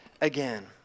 again